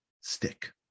Stick